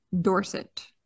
Dorset